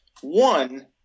One